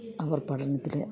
അവർ പഠനത്തിൽ